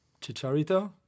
Chicharito